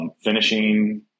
finishing